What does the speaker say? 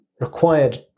required